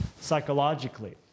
psychologically